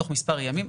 תוך מספר ימים,